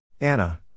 Anna